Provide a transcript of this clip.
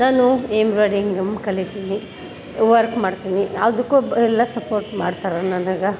ನಾನು ಎಂಬ್ರಾಯ್ಡಿಂಗಮ್ ಕಲಿತೀನಿ ವರ್ಕ್ ಮಾಡ್ತೀನಿ ಯಾವುದಕ್ಕು ಎಲ್ಲ ಸಪೋರ್ಟ್ ಮಾಡ್ತಾರೆ ನನಗೆ